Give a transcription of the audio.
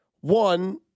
One